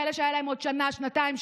כאלה שהיו להם עוד שנה שנתיים,